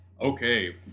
Okay